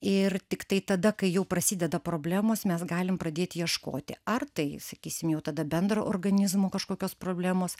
ir tiktai tada kai jau prasideda problemos mes galim pradėt ieškoti ar tai sakysim jau tada bendro organizmo kažkokios problemos